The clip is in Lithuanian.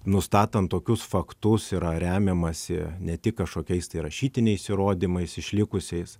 nustatant tokius faktus yra remiamasi ne tik kažkokiais tai rašytiniais įrodymais išlikusiais